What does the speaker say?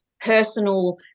personal